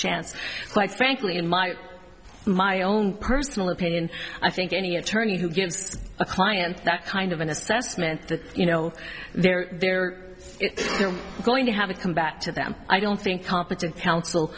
chance quite frankly in my my own personal opinion i think any attorney who gives a client that kind of an assessment that you know they're they're going to have to come back to them i don't think competent counsel